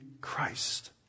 Christ